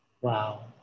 wow